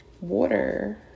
water